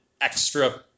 extra